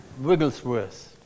Wigglesworth